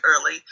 early